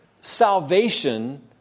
salvation